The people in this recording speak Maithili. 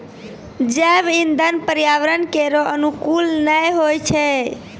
जैव इंधन पर्यावरण केरो अनुकूल नै होय छै